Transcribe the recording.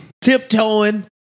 tiptoeing